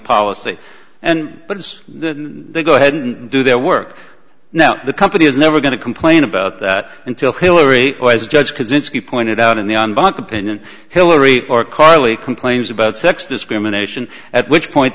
policy and but it's they go ahead and do their work now the company is never going to complain about that until hillary or as judge kozinski pointed out in the on bank opinion hilary or carly complains about sex discrimination at which point